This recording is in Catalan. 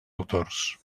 autors